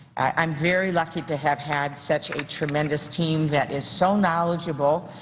i am very lucky to have had such a tremendous team that is so knowledgeable